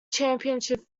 championship